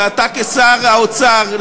ואתה כשר האוצר,